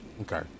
Okay